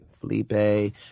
Felipe